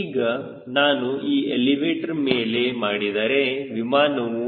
ಈಗ ನಾನು ಈ ಎಲಿವೇಟರ್ ಮೇಲೆ ಮಾಡಿದರೆ ವಿಮಾನವು